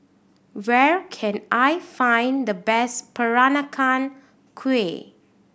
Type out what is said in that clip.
where can I find the best Peranakan Kueh